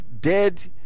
Dead